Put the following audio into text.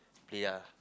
ya